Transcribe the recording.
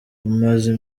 umaze